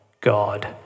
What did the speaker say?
God